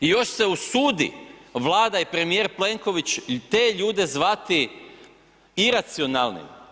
I još se usudi Vlada i premijer Plenković te ljude zvati iracionalnim.